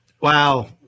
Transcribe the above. wow